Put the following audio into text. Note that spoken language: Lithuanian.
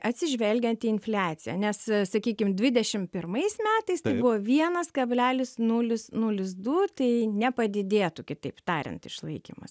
atsižvelgiant į infliaciją nes sakykim dvidešimt pirmais metais tai buvo vienas kablelis nulis nulis du tai nepadidėtų kitaip tariant išlaikymas